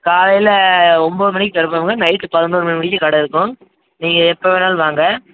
காலையில் ஒன்போது மணிக்கு திறப்போங்க நைட்டு பதினோரு மணி வரைக்கும் கடை இருக்கும் நீங்கள் எப்போ வேணாலும் வாங்க